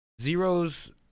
zeros